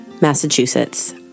Massachusetts